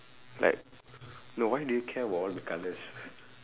like no why do you care about all the colours